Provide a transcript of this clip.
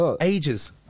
Ages